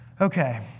Okay